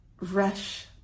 rush